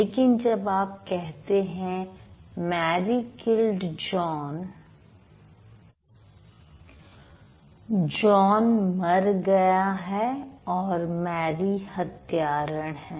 लेकिन जब आप कहते हैं मैरी किल्ड जॉन जॉन मर गया है और मैरी हत्यारण है